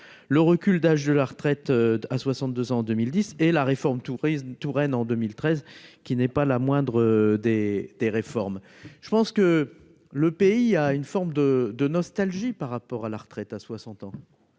le recul d'âge de la retraite à 62 ans en 2010 et la réforme tourisme Touraine en 2013, qui n'est pas la moindre des. Des réformes, je pense que le pays il y a une forme de de nostalgie par rapport à la retraite à 60 ans,